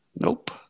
Nope